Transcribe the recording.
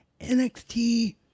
NXT